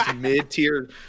mid-tier